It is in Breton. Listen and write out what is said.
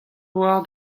war